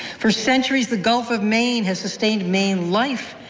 for centuries, the gulf of maine has sustained maine life.